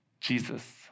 Jesus